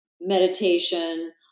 meditation